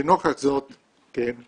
לנוכח זאת אנחנו